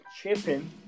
Chipping